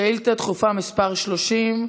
שאילתה דחופה מס' 30,